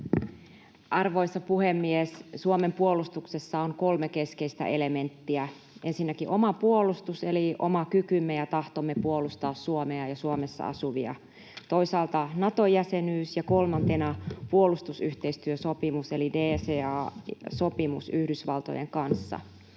Arvoisa puhemies! Suomen puolustuksessa on kolme keskeistä elementtiä: ensinnäkin oma puolustus eli oma kykymme ja tahtomme puolustaa Suomea ja Suomessa asuvia, toisaalta Nato-jäsenyys ja kolmantena puolustusyhteistyösopimus eli DCA-sopimus Yhdysvaltojen kanssa.